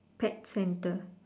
pet centre